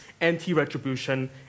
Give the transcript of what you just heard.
anti-retribution